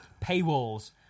Paywalls